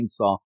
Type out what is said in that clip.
chainsaw